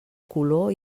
color